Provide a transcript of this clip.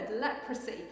leprosy